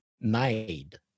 made